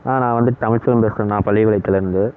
ஆ நான் வந்து தமிழ்ச்செல்வன் பேசுகிறேண்ணா பள்ளிப்பாளையத்துலேருந்து